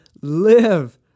live